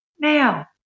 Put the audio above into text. now